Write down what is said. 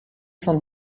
cent